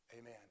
Amen